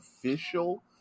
official